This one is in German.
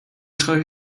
trage